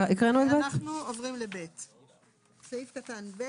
אנחנו עוברים לסעיף קטן (ב).